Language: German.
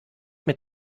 mit